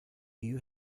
you